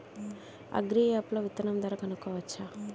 Agri app లో విత్తనం ధర కనుకోవచ్చా?